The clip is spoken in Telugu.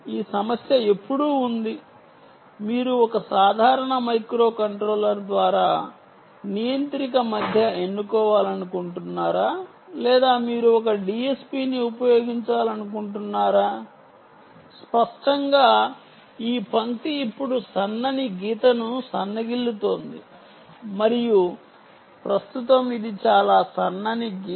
ఈ సమస్య ఎప్పుడూ ఉంది మీరు ఒక సాధారణ మైక్రోకంట్రోలర్ ద్వారా నియంత్రిక మధ్య ఎన్నుకోవాలనుకుంటున్నారా లేదా మీరు ఒక DSP ని ఉపయోగించాలనుకుంటున్నారా స్పష్టంగా ఈ పంక్తి ఇప్పుడు సన్నని గీతను సన్నగిల్లుతోంది మరియు ప్రస్తుతం ఇది చాలా సన్నని గీత